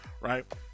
Right